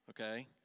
okay